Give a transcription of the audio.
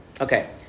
Okay